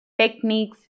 techniques